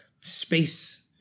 space